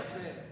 איך זה?